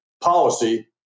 policy